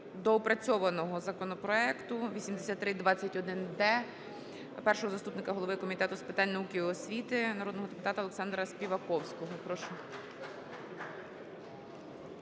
доопрацьованого законопроекту 8321-д першого заступника голови Комітету з питань науки і освіти народного депутата Олександра Співаковського. Прошу.